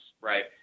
Right